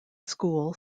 school